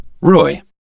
Roy